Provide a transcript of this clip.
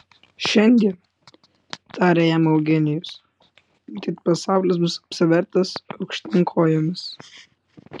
šiandien tarė jam eugenijus matyt pasaulis bus apsivertęs aukštyn kojomis